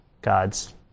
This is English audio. God's